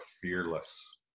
fearless